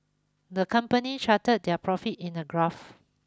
the company charted their profits in the graph